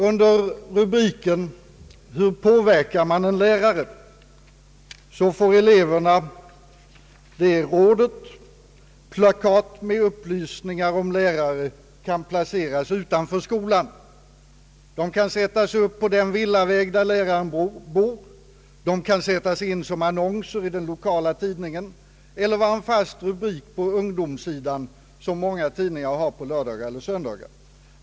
Under rubriken »Hur påverkar man en lärare?» får eleverna följande råd: »Plakat med upplysningar om lärare kan också placeras utanför skolan. De kan sättas upp på den villaväg där läraren bor, de kan sättas in som annonser i den lokala tidningen eller vara en fast rubrik på ”ungdomssidan” som många tidningar har på lördagar eller söndagar.